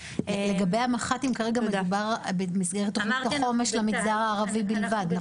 לגבי המכ"טים כרגע מדובר במסגרת תכנית החומש למגזר הערבי בלבד,